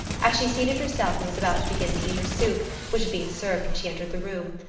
as she seated herself and was about to begin to eat her soup, which had been served when she entered the room,